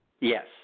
yes